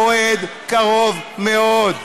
מועד קרוב מאוד.